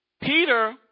Peter